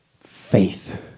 faith